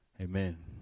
Amen